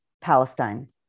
Palestine